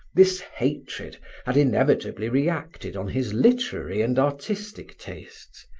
this hatred had inevitably reacted on his literary and artistic tastes,